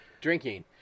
Drinking